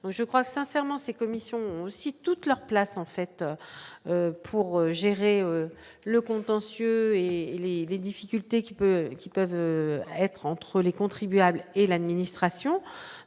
je crois que sincèrement ces commissions aussi toute leur place en fait pour gérer le contentieux et les les difficultés qui peuvent, qui peuvent être entre les contribuables et l'administration,